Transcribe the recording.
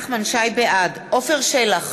בעד עפר שלח,